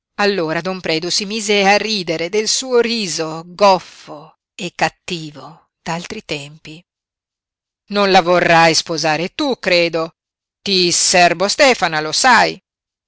allora don predu si mise a ridere del suo riso goffo e cattivo d'altri tempi non la vorrai sposare tu credo ti serbo stefana lo sai